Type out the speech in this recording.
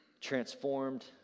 transformed